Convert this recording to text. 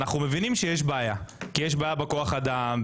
אנחנו מבינים שיש בעיה - יש בעיה בכוח אדם,